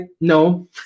no